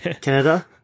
Canada